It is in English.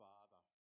Father